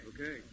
Okay